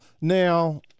Now